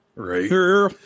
Right